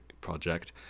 project